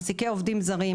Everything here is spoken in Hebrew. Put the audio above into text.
מעסיקי עובדים זרים,